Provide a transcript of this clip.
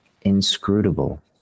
inscrutable